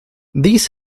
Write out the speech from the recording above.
these